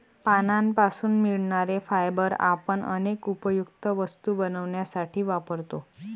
पानांपासून मिळणारे फायबर आपण अनेक उपयुक्त वस्तू बनवण्यासाठी वापरतो